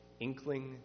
inkling